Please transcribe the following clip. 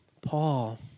Paul